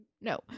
no